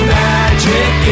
magic